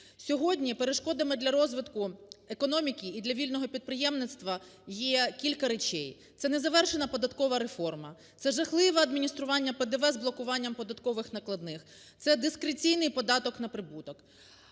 Сьогодні перешкодами для розвитку економіки і для вільного підприємництва є кілька речей – це незавершена податкова реформа, це жахливе адміністрування ПДВ з блокуванням податкових накладних, це дискреційний податок на прибуток.